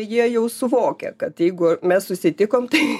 jie jau suvokia kad jeigu mes susitikom tai